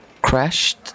crashed